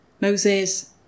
Moses